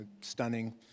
stunning